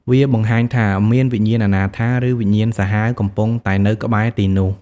វាបង្ហាញថាមានវិញ្ញាណអនាថា ឬវិញ្ញាណសាហាវកំពុងតែនៅក្បែរទីនោះ។